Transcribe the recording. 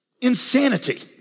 Insanity